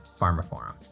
PharmaForum